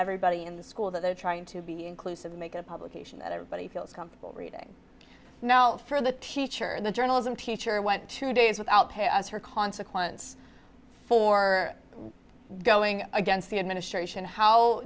everybody in the school that they are trying to be inclusive make a publication that everybody feels comfortable reading now for the teacher and the journalism teacher went two days without pay as her consequence for going against the administration how